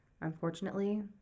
Unfortunately